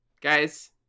guys